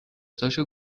تاشو